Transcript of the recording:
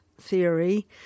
theory